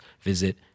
visit